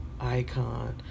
Icon